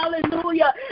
hallelujah